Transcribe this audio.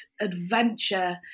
adventure